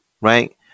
right